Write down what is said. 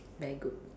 very good